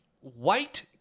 White